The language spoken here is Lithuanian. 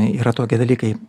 yra tokie dalykai